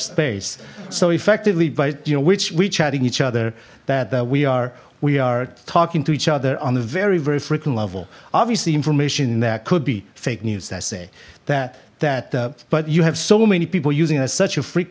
space so effectively but you know which we chatting each other that we are we are talking to each other on a very very frequent level obviously information that could be fake news that say that that but you have so many people using as such a fre